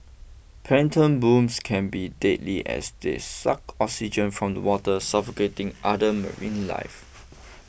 plankton blooms can be deadly as they suck oxygen from the water suffocating other marine life